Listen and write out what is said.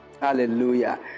Hallelujah